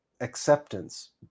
acceptance